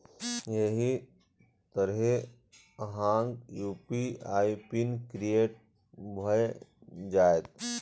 एहि तरहें अहांक यू.पी.आई पिन क्रिएट भए जाएत